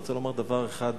אני רוצה לומר דבר אחד